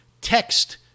text